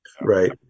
right